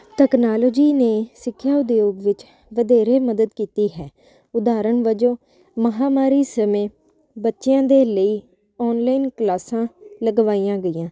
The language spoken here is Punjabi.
ਟੈਕਨਾਲੋਜੀ ਨੇ ਸਿੱਖਿਆ ਉਦਯੋਗ ਵਿੱਚ ਵਧੇਰੇ ਮਦਦ ਕੀਤੀ ਹੈ ਉਦਾਹਰਣ ਵਜੋਂ ਮਹਾਮਾਰੀ ਸਮੇਂ ਬੱਚਿਆਂ ਦੇ ਲਈ ਆਨਲਾਈਨ ਕਲਾਸਾਂ ਲਗਵਾਈਆਂ ਗਈਆਂ